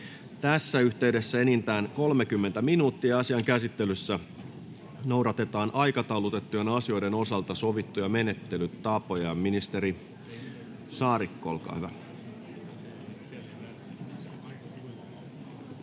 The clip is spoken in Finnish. tässä yhteydessä enintään 30 minuuttia. Asian käsittelyssä noudatetaan aikataulutettujen asioiden osalta sovittuja menettelytapoja. — Ministeri Saarikko, poissa.